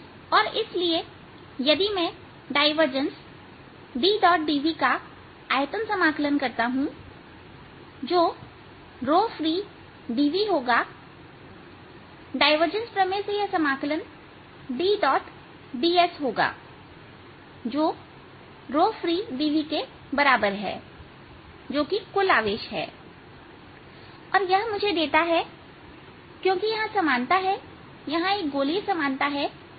और इसलिए यदि मैं डायवर्जेंस Ddv का आयतन समाकलन करता हूं जो freedVहोगा डायवर्जेंस प्रमेय से यह समाकलन Dds होगा जो freedV के बराबर है जो कि कुल आवेश Q है और यह मुझे देता है क्योंकि यहां समानता हैयहां एक गोलीय समानता है